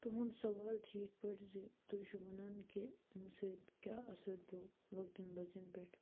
تُہُنٛد سوال چھُ یِتھ پٲٹھۍ زِ تُہۍ چھِو وَنان کہِ اَمہِ سۭتۍ کیٛاہ اَثر پیوٚو لۄکٹٮ۪ن بَچن پٮ۪ٹھ